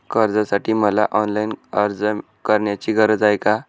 कर्जासाठी मला ऑनलाईन अर्ज करण्याची गरज आहे का?